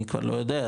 אני כבר לא יודע,